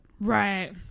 Right